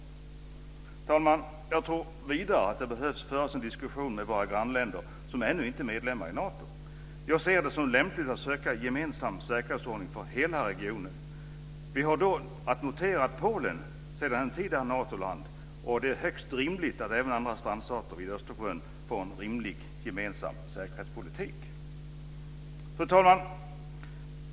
Fru talman! Jag tror vidare att det behöver föras en diskussion med våra grannländer som ännu inte är medlemmar i Nato. Jag ser det som lämpligt att söka en gemensam säkerhetsordning för hela regionen. Vi har då att notera att Polen sedan en tid är Natoland. Det är högst rimligt att även andra strandstater vid Östersjön får en rimlig gemensam säkerhetspolitik. Fru talman!